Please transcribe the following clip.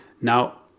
Now